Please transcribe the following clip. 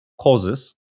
causes